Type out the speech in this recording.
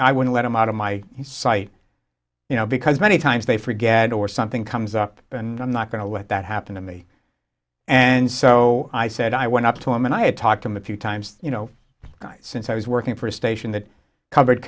i wouldn't let him out of my sight you know because many times they forget or something comes up and i'm not going to let that happen to me and so i said i went up to him and i had talked him a few times you know since i was working for a station that covered